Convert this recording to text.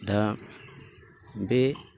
दा बे